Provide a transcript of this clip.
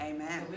Amen